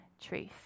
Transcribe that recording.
truth